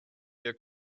your